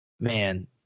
Man